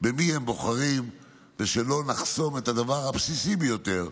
במי הם בוחרים, ושלא נחסום את הדבר הבסיסי ביותר,